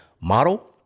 model